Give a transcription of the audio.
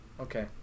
Okay